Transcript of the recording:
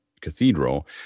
cathedral